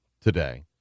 today